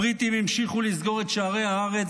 הבריטים המשיכו לסגור את שערי הארץ